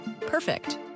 Perfect